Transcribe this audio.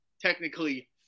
technically